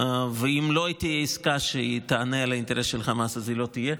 ואם לא תהיה עסקה שהיא תענה על האינטרס של חמאס אז היא לא תהיה,